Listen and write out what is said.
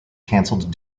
cancelled